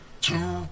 Two